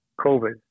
COVID